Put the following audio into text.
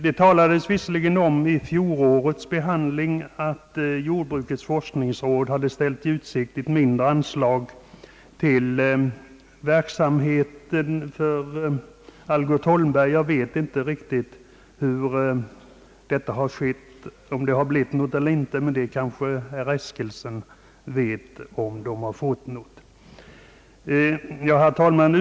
Vid fjolårets behandling av frågan talades det om att jordbrukets forskningsråd ställt ett mindre anslag i utsikt till verksamheten för Algot Holmberg & Söner. Jag vet inte riktigt om det blivit något av med detta anslag — kanske herr Eskilsson vet om man har fått något. Herr talman!